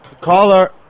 Caller